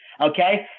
Okay